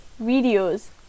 videos